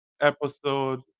episode